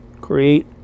create